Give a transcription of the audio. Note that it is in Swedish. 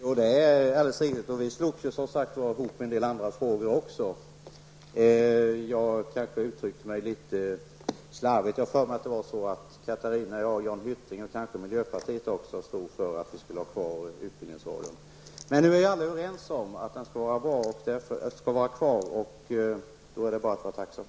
Fru talman! Det är riktigt. Vi slogs tillsammans även i en del andra frågor. Jag kanske uttryckte mig litet slarvigt. Jag vill minnas att jag, Catarina Rönnung, Jan Hyttring och kanske även någon företrädare för miljöpartiet stod för att vi skulle ha kvar Utbildningsradion. Men nu är alla överens om att den skall vara kvar, och då är det bara att vara tacksam.